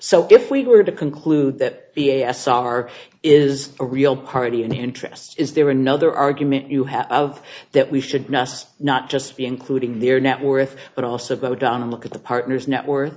so if we were to conclude that the a s r is a real party in the interest is there another argument you have of that we should nice not just be including their net worth but also go down and look at the partner's net wor